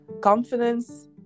confidence